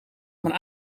maar